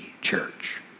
Church